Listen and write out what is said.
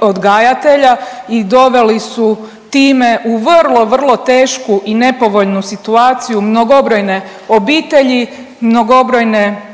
odgajatelja i doveli su time u vrlo, vrlo tešku i nepovoljnu situaciju mnogobrojne obitelji, mnogobrojne